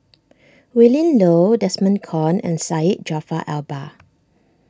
Willin Low Desmond Kon and Syed Jaafar Albar